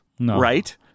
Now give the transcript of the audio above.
right